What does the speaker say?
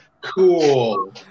Cool